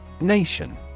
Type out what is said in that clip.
Nation